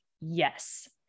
yes